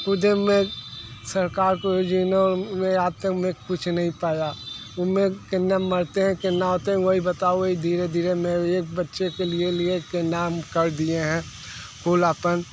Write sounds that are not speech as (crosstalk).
खुद मैं सरकार को (unintelligible) में आज तक मैं कुछ नहीं पाया उसमें कितना मरते हैं कितना होते हैं वही बताओ वहीं धीरे धीरे मैं एक बच्चे के लिए लिए के नाम कर दिए हैं फुल अपन